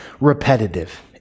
repetitive